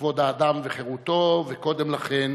כבוד האדם וחירותו, וקודם לכן